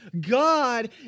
God